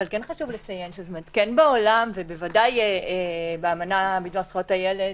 אבל כן חשוב לציין שבעולם ובוודאי באמנה בדבר זכויות הילד,